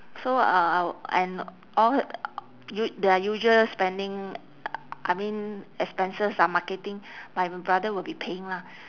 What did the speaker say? so uh and all u~ their usual spending I mean expenses ah marketing my brother will be paying lah